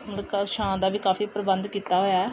ਛਾਂ ਦਾ ਵੀ ਕਾਫੀ ਪ੍ਰਬੰਧ ਕੀਤਾ ਹੋਇਆ